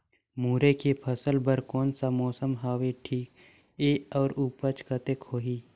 मुरई के फसल बर कोन सा मौसम हवे ठीक हे अउर ऊपज कतेक होही?